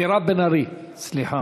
מירב בן ארי, סליחה.